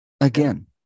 again